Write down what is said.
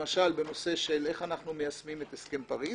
למשל, בנושא של איך אנחנו מיישמים את הסכם פריז.